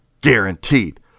Guaranteed